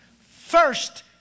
first